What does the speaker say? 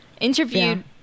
interviewed